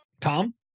tom